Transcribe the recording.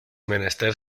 menester